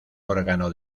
órgano